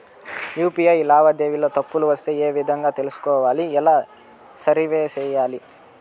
UPI లావాదేవీలలో తప్పులు వస్తే ఏ విధంగా తెలుసుకోవాలి? ఎలా సరిసేయాలి?